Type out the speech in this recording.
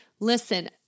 Listen